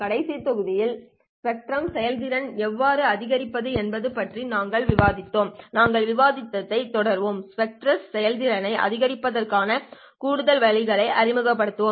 கடைசி தொகுதியில் ஸ்பெக்ட்ரல் செயல்திறனை எவ்வாறு அதிகரிப்பது என்பது பற்றி நாங்கள் விவாதித்தோம் நாங்கள் விவாதத்தைத் தொடர்வோம் மற்றும் ஸ்பெக்ட்ரல் செயல்திறனை அதிகரிப்பதற்கான கூடுதல் வழியை அறிமுகப்படுத்துவோம்